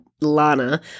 Lana